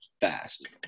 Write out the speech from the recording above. fast